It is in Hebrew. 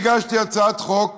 הגשתי הצעת חוק